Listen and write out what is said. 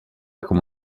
come